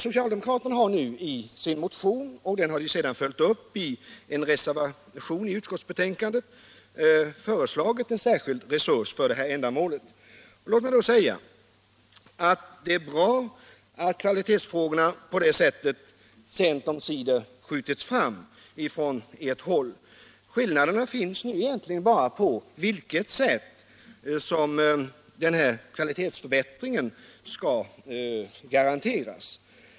Socialdemokraterna har i en motion — och den har ju sedan följts upp i en reservation till utskottsbetänkandet — föreslagit en särskild resurs för detta ändamål. Låt mig då säga att det är bra att kvalitetsfrågorna på det sättet sent omsider skjutits fram även från ert håll. Skillnaderna gäller nu egentligen bara på vilket sätt kvalitetsförbättringen bäst skall garanteras.